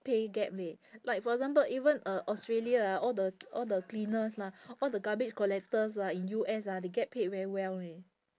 pay gap leh like for example even uh australia ah all the all the cleaners lah all the garbage collectors ah in U_S ah they get paid very well eh